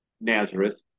Nazareth